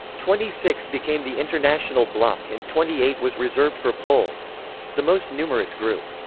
twenty six became the international block and twenty eight was reserved for poles the most numerous group.